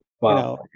Wow